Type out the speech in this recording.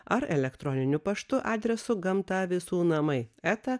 ar elektroniniu paštu adresu gamta visų namai eta